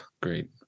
Great